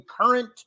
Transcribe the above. current